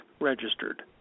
registered